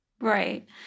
Right